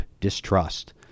distrust